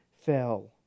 fell